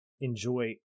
enjoy